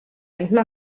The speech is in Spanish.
misma